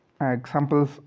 examples